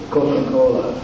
Coca-Cola